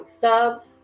subs